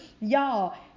Y'all